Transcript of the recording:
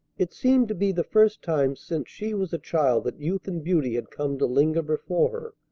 it seemed to be the first time since she was a child that youth and beauty had come to linger before her.